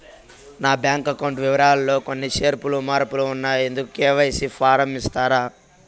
నా bank account వివరాలు లో కొన్ని చేర్పులు మార్పులు ఉన్నాయి, ఇందుకు కె.వై.సి ఫారం ఇస్తారా?